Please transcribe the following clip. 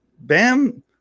Bam